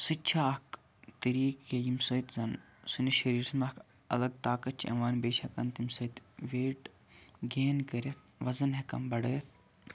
سُہ تہِ چھُ طریقہٕ کہِ ییٚمہِ سۭتۍ زَن سُہ نِش ہیٚیہِ یُس نَکھٕ اَگَر طاقت چھُ یِوان بیٚیہِ چھِ ہٮ۪کان سۭتۍ ویٹ گین کٔرِتھ وَزَن ہیٚکان بَڑٲوِتھ